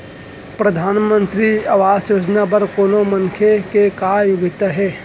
परधानमंतरी आवास योजना बर कोनो मनखे के का योग्यता हे?